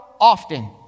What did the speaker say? often